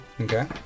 Okay